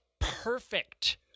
perfect